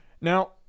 Now